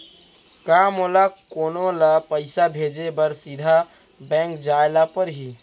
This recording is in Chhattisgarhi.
का मोला कोनो ल पइसा भेजे बर सीधा बैंक जाय ला परही?